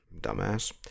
Dumbass